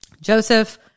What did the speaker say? Joseph